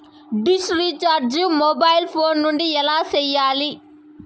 dish recharge mobile phone నుండి ఎలా సేయాలి